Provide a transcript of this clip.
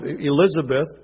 Elizabeth